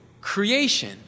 creation